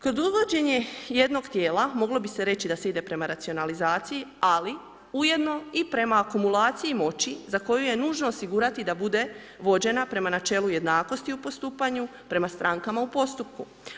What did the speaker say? Kod uvođenja jednog tijela moglo bi se reći da se ide prema racionalizaciji ali ujedno i prema akumulaciji moći za koju je nužno osigurati da bude vođena prema načelu jednakosti u postupanju, prema strankama u postupku.